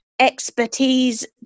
expertise